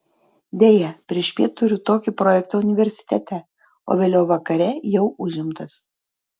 deja priešpiet turiu tokį projektą universitete o vėliau vakare jau užimtas